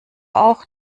auch